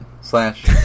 slash